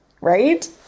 right